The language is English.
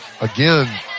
again